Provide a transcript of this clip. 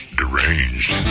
deranged